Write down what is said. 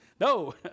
no